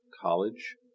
college